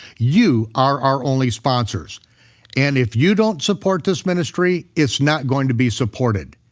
you are our only sponsors and if you don't support this ministry, it's not going to be supported.